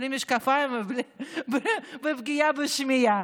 בלי משקפיים ועם פגיעה בשמיעה.